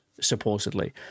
supposedly